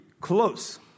close